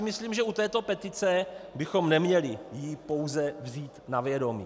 Myslím si, že u této petice bychom neměli ji pouze vzít na vědomí.